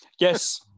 Yes